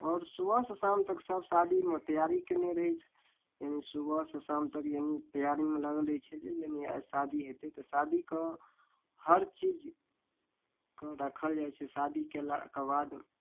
आओर सुबह से शाम तक सब शादीमे तैयारी कयने रहै छै यानि सुबह संँ शाम तक यानि तैयारीमे लागल रहै छै जे यानि आइ शादी हेतै तऽ शादीके हर चीज राखल जाइ छै शादी कयलाके बाद